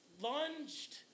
lunged